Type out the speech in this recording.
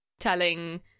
telling